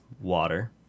water